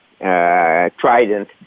Trident